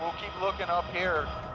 keep looking up here.